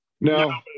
No